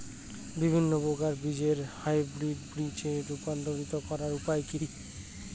বিভিন্ন প্রকার বীজকে হাইব্রিড বীজ এ রূপান্তরিত করার উপায় কি?